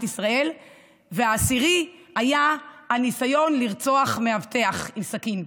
ישראל והעשירי היה על ניסיון לרצוח מאבטח עם סכין.